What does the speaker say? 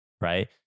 right